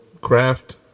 craft